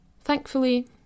Thankfully